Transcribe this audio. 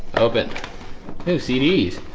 open new cds,